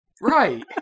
right